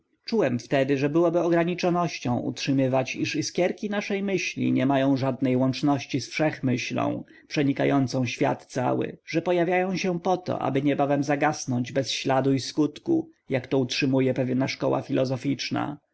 czułem wtedy że byłoby ograniczonością utrzymywać iż iskierki naszej myśli nie mają żadnej łączności z wszechmyślą przenikającą świat cały że pojawiają się po to aby niebawem zagasnąć bez śladu i skutku jak to utrzymuje pewna szkoła filozoficzna